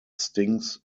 stings